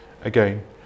Again